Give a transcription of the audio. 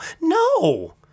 no